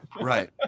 Right